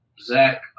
Zach